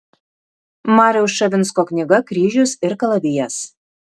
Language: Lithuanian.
mariaus ščavinsko knyga kryžius ir kalavijas